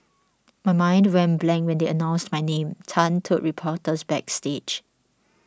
my mind went blank when they announced my name Tan told reporters backstage